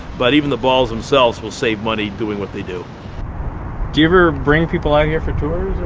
but even the balls themselves will save money doing what they do. do you ever bring people out here for tours?